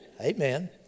Amen